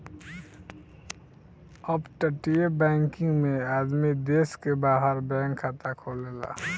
अपतटीय बैकिंग में आदमी देश के बाहर बैंक खाता खोलेले